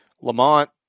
Lamont